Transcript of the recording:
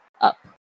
up